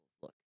look